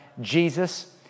Jesus